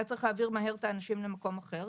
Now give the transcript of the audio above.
היה צריך להעביר מהר את האנשים למקום אחר.